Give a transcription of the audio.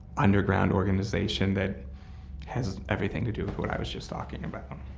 underground organization that has everything to do with what i was just talking about.